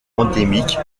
endémique